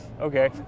Okay